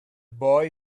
boy